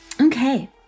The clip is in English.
Okay